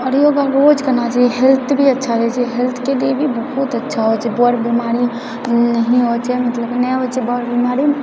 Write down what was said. आओर योगा रोज करना चाहिए हेल्थ भी अच्छा रहै छै हेल्थके लिए भी बहुत अच्छा होइ छै बड़ बेमारी नही होइ छै मतलब नहि होइ छै बड़ बेमारी